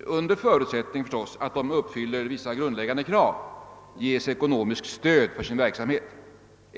under förutsättning att de uppfyller vissa grundläggande krav — ges ekono miskt stöd för sin verksamhet.